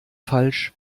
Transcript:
falsch